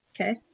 Okay